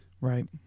right